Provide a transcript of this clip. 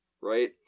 right